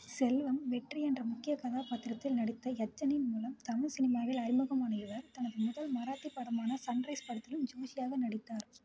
செல்வம் வெற்றி என்ற முக்கிய கதாபாத்திரத்தில் நடித்த யட்சனின் மூலம் தமிழ் சினிமாவில் அறிமுகமான இவர் தனது முதல் மராத்தி படமான சன்ரைஸ் படத்திலும் ஜோஷியாக நடித்தார்